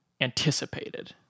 anticipated